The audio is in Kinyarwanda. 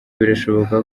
birashoboka